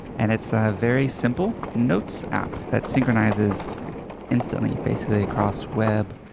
and it's a very simple notes app that synchronizes instantly basically across web,